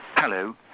Hello